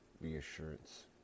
reassurance